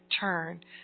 turn